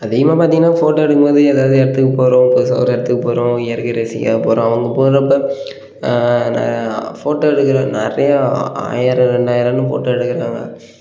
அதிகமாக பார்த்தீங்கன்னா ஃபோட்டோ எடுக்கும் போது ஏதாவது இடத்துக்குப் போகிறோம் புதுசாக ஒரு இடத்துக்குப் போகிறோம் இயற்கையை ரசிக்கப் போகிறோம் அவ் அங்கேப் போகிறப்ப நான் ஃபோட்டோ எடுக்குறேன் நிறையா ஆ ஆயிரம் ரெண்டாயிரம்னு ஃபோட்டோ எடுக்குறாங்கள்